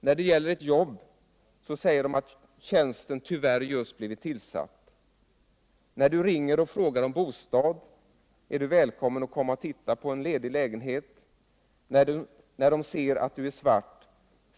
När det gäller ett jobb, säger de att tjänsten tyvärr just blivit tillsatt. När du ringer och frågar om bostad, är du välkommen att komma och titta på en ledig lägenhet. När de ser att du är svart.